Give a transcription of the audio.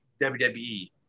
wwe